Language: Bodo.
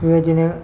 बेबायदिनो